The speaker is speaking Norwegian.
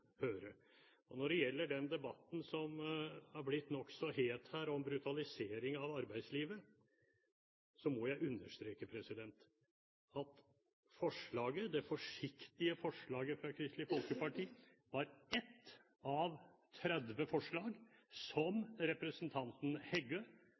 høre. Når det gjelder den debatten som er blitt nokså het her, om brutalisering av arbeidslivet, må jeg understreke at forslaget – det forsiktige forslaget – fra Kristelig Folkeparti var ett av 30 forslag